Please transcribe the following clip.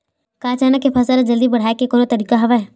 का चना के फसल ल जल्दी बढ़ाये के कोनो तरीका हवय?